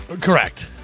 Correct